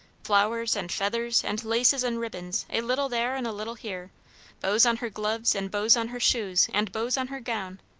flowers, and feathers, and laces, and ribbons, a little there and a little here bows on her gloves, and bows on her shoes, and bows on her gown.